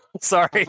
sorry